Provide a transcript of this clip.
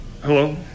hello